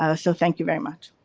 um so, thank you very much.